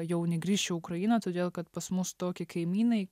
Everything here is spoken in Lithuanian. jau negrįšiu į ukrainą todėl kad pas mus tokį kaimynai